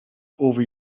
over